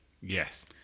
Yes